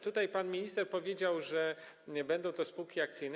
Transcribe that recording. Tutaj pan minister powiedział, że będą to spółki akcyjne.